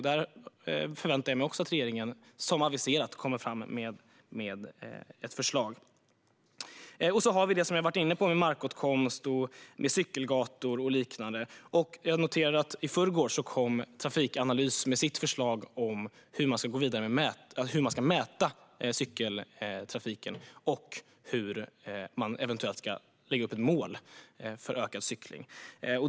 Där förväntar jag mig också att regeringen som aviserat kommer fram med ett förslag. Vi har det som jag har varit inne på med markåtkomst, cykelgator och liknande. Jag noterar att i förrgår kom Trafikanalys med sitt förslag om hur man ska mäta cykeltrafiken och hur man eventuellt ska lägga upp ett mål för ökad cykling.